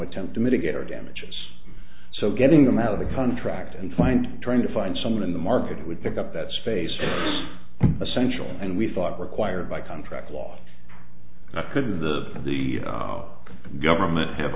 attempt to mitigate or damages so getting them out of the contract and find trying to find someone in the market would pick up that space is essential and we thought required by contract law couldn't the the government have